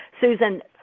Susan